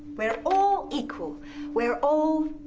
we're all equal we're all